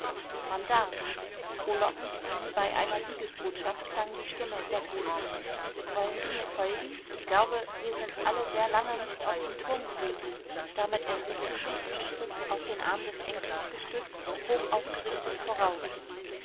man darf frohlockend wie bei einer siegesbotschaft klang die stimme der gräfin wollen sie mir folgen ich glaube wir sind alle sehr lange nicht auf dem turm gewesen damit erhob sie sich und schritt auf den arm des enkels gestützt hoch aufgerichtet voraus